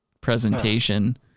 presentation